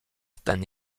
ten